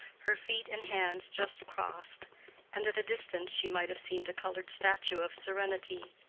her feet and hands just crossed and at a distance she might have seemed a colored statue of serenity.